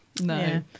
No